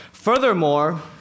Furthermore